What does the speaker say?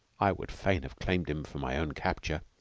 i would fain have claimed him for my own capture.